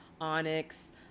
Onyx